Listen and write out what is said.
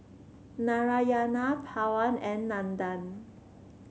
Narayana Pawan and Nandan